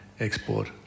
export